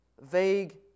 vague